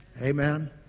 amen